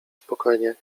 spokojnie